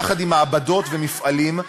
יחד עם מעבדות ומפעלים,